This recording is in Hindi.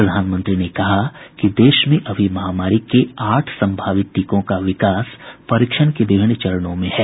प्रधानमंत्री ने कहा कि देश में अभी महामारी के आठ संभावित टीकों का विकास परीक्षण के विभिन्न चरणों में है